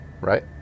Right